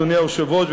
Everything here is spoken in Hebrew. אדוני היושב-ראש,